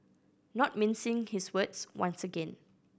not mincing his words once again